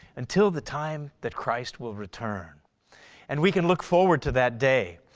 until the time that christ will return and we can look forward to that day.